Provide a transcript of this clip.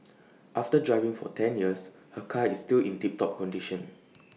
after driving for ten years her car is still in tip top condition